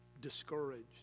discouraged